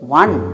one